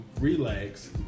Relax